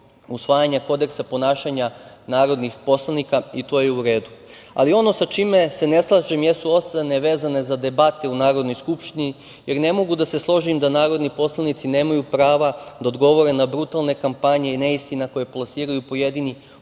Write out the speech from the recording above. usvajanja Kodeksa ponašanja narodnih poslanika, i to je u redu. Ali ono sa čime se ne slažem jesu ocene vezano za debate u Narodnoj skupštini, jer ne mogu da se složim da narodni poslanici nemaju prava da odgovore na brutalne kampanje i neistine koje plasiraju pojedini